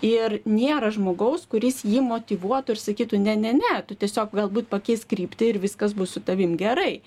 ir nėra žmogaus kuris jį motyvuotų ir sakytų ne ne ne tu tiesiog galbūt pakeisk kryptį ir viskas bus su tavim gerai